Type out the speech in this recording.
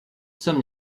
sommes